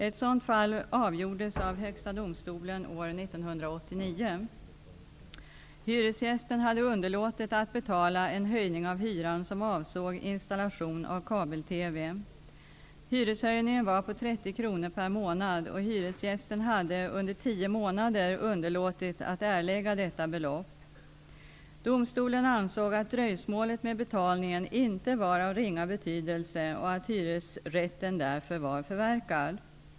Ett sådant fall avgjordes av Högsta domstolen år 1989. Hyreshöjningen var på 30 kr per månad och hyresgästen hade under tio månader underlåtit att erlägga detta belopp. Domstolen ansåg att dröjsmålet med betalningen inte var av ringa betydelse och att hyresrätten därför var förverkad.